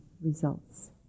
results